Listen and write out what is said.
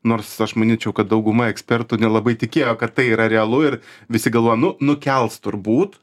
nors aš manyčiau kad dauguma ekspertų nelabai tikėjo kad tai yra realu ir visi galvojo nu nukels turbūt